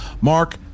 Mark